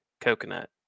coconut